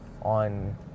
on